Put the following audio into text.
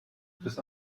bis